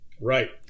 Right